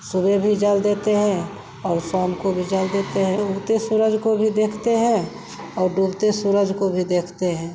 सुबह भी जल देते हैं और शाम को भी जल देते हैं उगते सूरज को भी देखते हैं और डूबते सूरज को भी देखते हैं